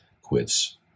quits